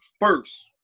first